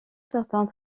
certains